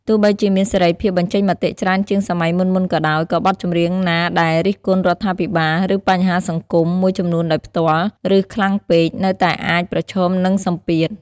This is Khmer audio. ទោះបីជាមានសេរីភាពបញ្ចេញមតិច្រើនជាងសម័យមុនៗក៏ដោយ ក៏បទចម្រៀងណាដែល រិះគន់រដ្ឋាភិបាល ឬបញ្ហាសង្គម មួយចំនួនដោយផ្ទាល់ ឬខ្លាំងពេក នៅតែអាចប្រឈមនឹងសម្ពាធ។